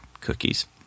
cookies